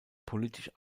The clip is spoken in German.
politisch